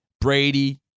Brady